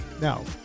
Now